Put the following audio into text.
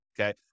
okay